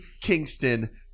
Kingston